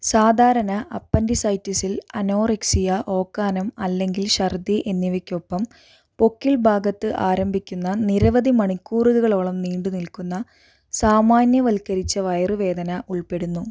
സാധാരണ അപ്പെൻഡിസൈറ്റിസിൽ അനോറെക്സിയ ഓക്കാനം അല്ലെങ്കിൽ ഛർദ്ദി എന്നിവയ്ക്കൊപ്പം പൊക്കിൾ ഭാഗത്ത് ആരംഭിക്കുന്ന നിരവധി മണിക്കൂറുകളോളം നീണ്ടു നിൽക്കുന്ന സാമാന്യവൽക്കരിച്ച വയറുവേദന ഉൾപ്പെടുന്നു